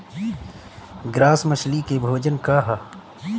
Grass मछली के भोजन का ह?